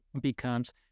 becomes